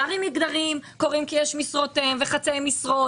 פערים מגדריים קורים כי יש משרות אם וחצאי משרות